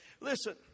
listen